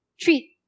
treat